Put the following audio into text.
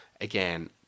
again